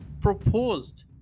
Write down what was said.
proposed